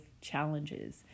challenges